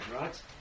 right